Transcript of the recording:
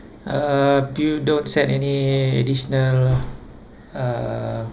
uh you don't set any additional uh